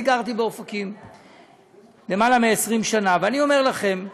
אני גרתי באופקים יותר מ-20 שנה, ואני אומר לכם: